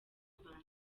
rwanda